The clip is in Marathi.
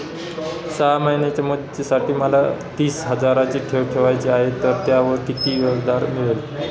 सहा महिन्यांच्या मुदतीसाठी मला तीस हजाराची ठेव ठेवायची आहे, तर त्यावर किती व्याजदर मिळेल?